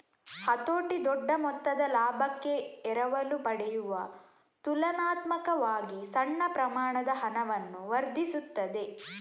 ಹತೋಟಿ ದೊಡ್ಡ ಮೊತ್ತದ ಲಾಭಕ್ಕೆ ಎರವಲು ಪಡೆಯುವ ತುಲನಾತ್ಮಕವಾಗಿ ಸಣ್ಣ ಪ್ರಮಾಣದ ಹಣವನ್ನು ವರ್ಧಿಸುತ್ತದೆ